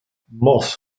moss